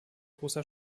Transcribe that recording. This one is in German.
großer